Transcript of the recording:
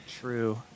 True